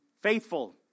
faithful